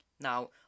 Now